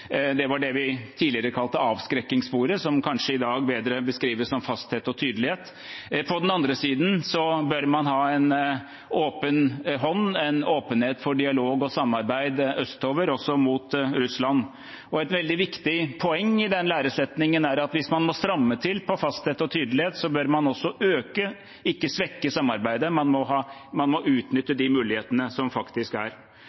Det var det vi tidligere kalte avskrekking, som kanskje i dag bedre beskrives som fasthet og tydelighet. På den andre siden bør man ha en åpen hånd, en åpenhet for dialog og samarbeid østover, også mot Russland. Et veldig viktig poeng i den læresetningen er at hvis man må stramme til på fasthet og tydelighet, bør man også øke, ikke svekke, samarbeidet. Man må utnytte de mulighetene som faktisk er